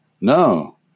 No